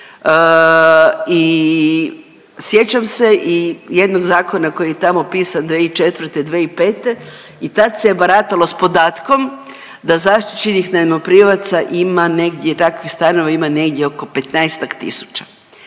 i sjećam se i jednog zakona koji je tamo pisan 2004.-2005. i tad se je baratalo s podatkom da zaštićenih najmoprimaca ima negdje, takvih stanova ima negdje oko 15-ak